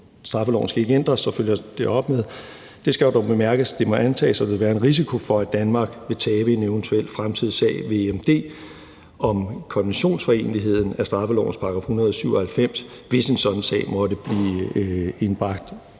straffeloven ikke skal ændres. Så følges det op med: »Det skal dog bemærkes, at det må antages, at der vil være en risiko for, at Danmark vil tabe en eventuel fremtidig sag ved EMD om konventionsforeneligheden af straffelovens § 197, hvis en sådan sag måtte blive indbragt.«